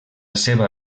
seva